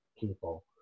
people